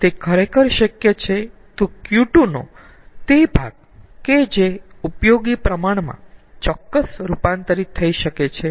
જો તે ખરેખર શક્ય છે તો Q2 નો તે ભાગ કે જે ઉપયોગી પ્રમાણમાં ચોક્કસ રૂપાંતરિત થઈ શકે છે